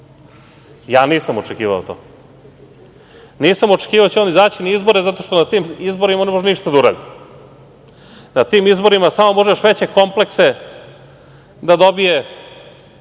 Ja nisam očekivao to. Nisam očekivao da će on izaći na izbore zato što na tim izborima on ne može ništa da uradi. Na tim izborima samo može još veće komplekse da dobije